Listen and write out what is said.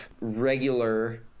regular